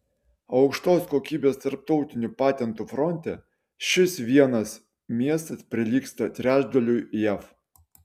aukštos kokybės tarptautinių patentų fronte šis vienas miestas prilygsta trečdaliui jav